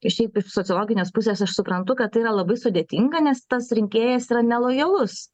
ir šiaip iš sociologinės pusės aš suprantu kad tai yra labai sudėtinga nes tas rinkėjas yra nelojalus